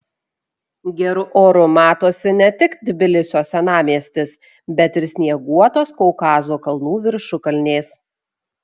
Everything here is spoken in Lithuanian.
geru oru matosi ne tik tbilisio senamiestis bet ir snieguotos kaukazo kalnų viršukalnės